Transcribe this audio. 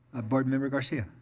ah board member garcia.